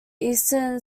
eastern